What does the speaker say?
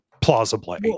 plausibly